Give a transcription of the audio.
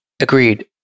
Agreed